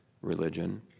religion